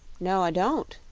no, i don't,